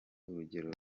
urugero